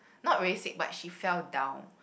not really sick but she fell down